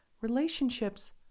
relationships